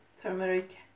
turmeric